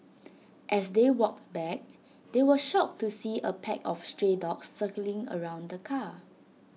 as they walked back they were shocked to see A pack of stray dogs circling around the car